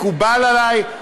מקובל עלי,